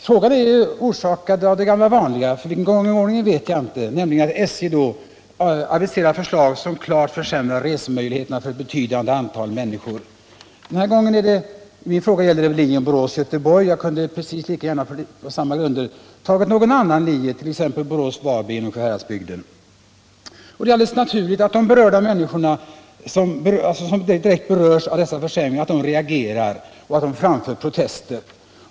Frågan är föranledd av det gamla vanliga, för vilken gång i ordningen vet jag inte, nämligen att SJ aviserar förslag som klart försämrar resemöjligheterna för ett betydande antal människor. Min fråga gäller linjen Borås-Göteborg, men jag kunde på samma grunder precis lika gärna ha tagit någon annan linje, t.ex. Borås-Varberg inom Sjuhäradsbygden. Det är helt naturligt att de som direkt berörs av försämringen reagerar och framför protester.